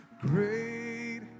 Great